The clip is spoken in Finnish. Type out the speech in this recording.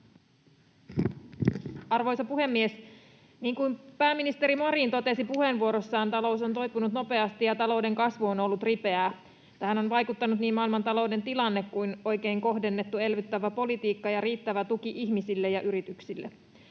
Arvoisa puhemies! Niin kuin pääministeri Marin totesi puheenvuorossaan, talous on toipunut nopeasti ja talouden kasvu on ollut ripeää. Tähän on vaikuttanut niin maailmantalouden tilanne kuin myös oikein kohdennettu elvyttävä politiikka ja riittävä tuki ihmisille ja yrityksille.